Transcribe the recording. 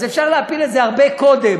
אז אפשר להפיל את זה הרבה קודם,